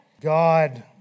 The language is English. God